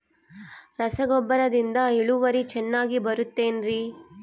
ರಸಗೊಬ್ಬರದಿಂದ ಇಳುವರಿ ಚೆನ್ನಾಗಿ ಬರುತ್ತೆ ಏನ್ರಿ?